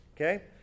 Okay